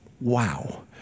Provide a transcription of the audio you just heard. Wow